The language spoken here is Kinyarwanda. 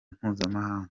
mpuzamahanga